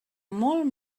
molt